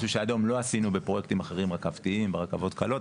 משהו שעד היום לא עשינו בפרויקטים אחרים רכבתיים ברכבות הקלות.